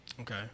Okay